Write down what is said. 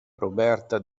roberta